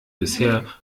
bisher